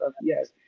yes